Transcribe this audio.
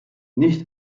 nicht